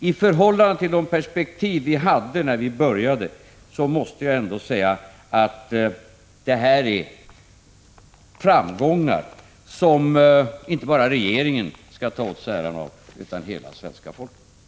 I förhållande till det perspektiv vi hade när vi började, måste jag säga att det här är framgångar, som inte bara regeringen skall ta åt sig äran av utan hela svenska folket.